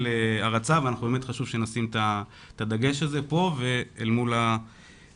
הרצה ובאמת חשוב שנשים את הדגש על זה כאן אל מול הממשלה.